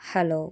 hello